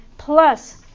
plus